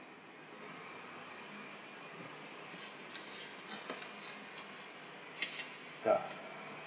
yeah